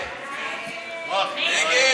ההסתייגות